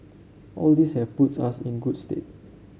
all these have puts us in good stead